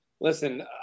Listen